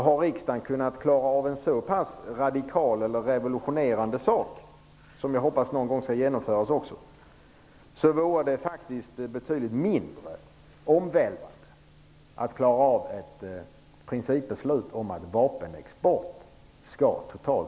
Har riksdagen kunnat klara av att fatta ett så pass radikalt eller revolutionerande beslut, som jag hoppas också skall genomföras någon gång, så vore det faktiskt betydligt mindre omvälvande att klara av ett principbeslut om att vapenexport skall upphöra totalt.